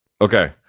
okay